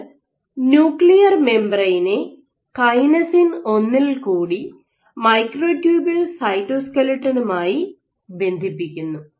ഇത് ന്യൂക്ലിയർ മെംബ്രയ്നെ കൈനസിൻ 1 ൽ കൂടി മൈക്രോട്യൂബുൾ സൈറ്റോസ്ക്ലെറ്റനുമായി ബന്ധിപ്പിക്കുന്നു